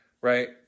right